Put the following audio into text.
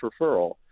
referral